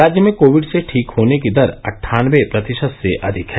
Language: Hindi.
राज्य में कोविड से ठीक होने की दर अट्ठानबे प्रतिशत से अधिक है